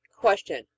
Question